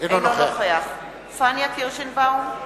אינו נוכח פניה קירשנבאום,